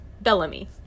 bellamy